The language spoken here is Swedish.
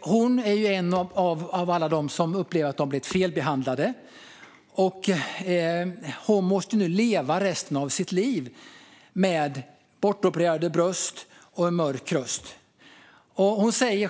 Hon är en av alla dem som upplever att de har blivit felbehandlade, och hon måste nu leva resten av sitt liv med bortopererade bröst och mörk röst. Hon pekar